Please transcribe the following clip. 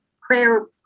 prayer